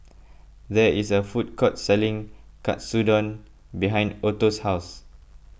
there is a food court selling Katsudon behind Otto's house